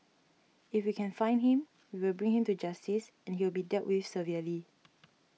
if we can find him we will bring him to justice and you will be dealt with severely